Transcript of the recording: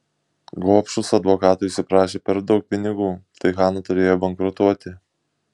gobšūs advokatai užsiprašė per daug pinigų tai hana turėjo bankrutuoti